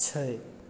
छै